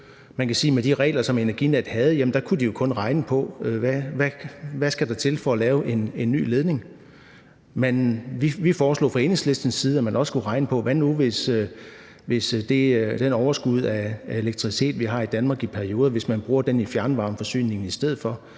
med de regler, som Energinet havde, kunne de jo kun regne på, hvad der skal til for at lave en ny ledning. Men vi foreslog fra Enhedslistens side, at man også skulle regne på scenariet: Hvad nu, hvis vi bruger det overskud af elektricitet, vi har i Danmark i perioder, i fjernvarmeforsyningen i stedet for?